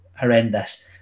horrendous